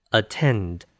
attend